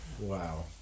Wow